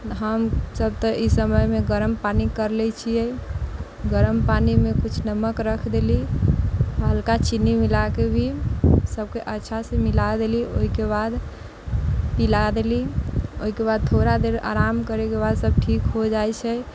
हम सभ तऽ एहि समयमे गरम पानि कर लै छियै गरम पानिमे कुछ नमक रख देलीह हल्का चिन्नी मिलाके भी सभके अच्छा से मिला देलीह ओहिके बाद पिला देलीह ओहिके बाद थोड़ा देर आराम करैके बाद सभ ठीक हो जाइ छै